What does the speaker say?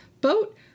Boat